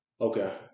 Okay